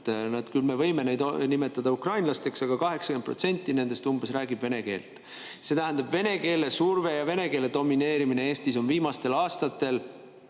Me võime neid nimetada ukrainlasteks, aga umbes 80% nendest räägib vene keelt. See tähendab, et vene keele surve ja vene keele domineerimine Eestis on viimastel aastatel